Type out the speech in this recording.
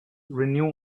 renew